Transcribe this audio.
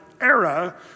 era